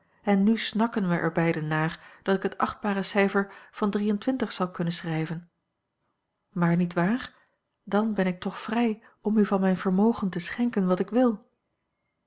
en nu snakken wij er beiden naar dat ik het achtbare cijfer van zal kunnen schrijven maar niet waar dan ben ik toch vrij om u van mijn vermogen te schenken wat ik wil